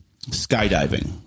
skydiving